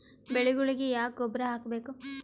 ಬೆಳಿಗೊಳಿಗಿ ಯಾಕ ಗೊಬ್ಬರ ಹಾಕಬೇಕು?